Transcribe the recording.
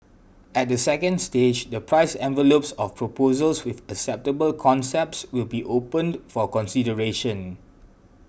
at the second stage the price envelopes of proposals with acceptable concepts will be opened for consideration